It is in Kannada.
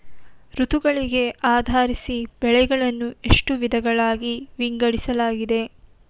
ಋತುಗಳಿಗೆ ಆಧರಿಸಿ ಬೆಳೆಗಳನ್ನು ಎಷ್ಟು ವಿಧಗಳಾಗಿ ವಿಂಗಡಿಸಲಾಗಿದೆ?